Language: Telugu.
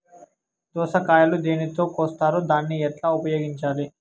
దోస కాయలు దేనితో కోస్తారు దాన్ని ఎట్లా ఉపయోగించాలి?